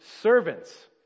servants